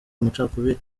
amacakubiri